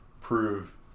prove